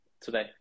today